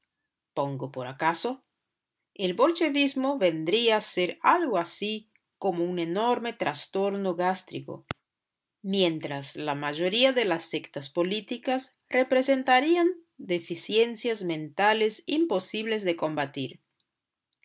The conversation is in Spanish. pongo por caso el bolchevismo vendría a ser algo así como un enorme trastorno gástrico mientras la mayoría de las sectas políticas representarían deficiencias mentales imposibles de combatir v